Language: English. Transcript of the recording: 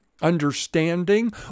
understanding